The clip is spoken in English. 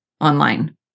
online